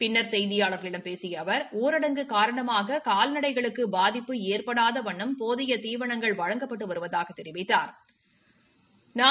பின்னர் செய்தியாளர்களிடம் பேசிய அவர் ஊரடங்கு காரணமாக கால்நடைகளுக்கு பாதிப்பு ஏற்படாத வண்ணம் போதிய தீவனங்கள் வழங்கப்பட்டு வருவதாக தெரிவித்தாா்